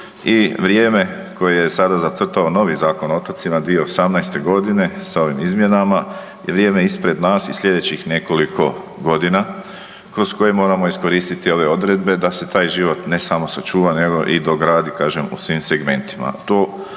i vrijeme koje je sada zacrtao novi Zakon o otocima 2018. sa ovim izmjenama je vrijeme ispred nas i slijedećih nekoliko godina kroz koje moramo iskoristiti ove odredbe da se taj život ne samo sačuva nego i dogradi, kažem, u svim segmentima.